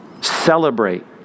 celebrate